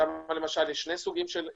שם למשל יש שני סוגים של חיסונים.